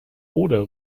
oder